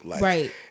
Right